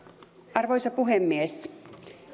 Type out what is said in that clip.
arvoisa puhemies